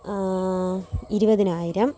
ഇരുപതിനായിരം